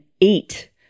eight